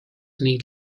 need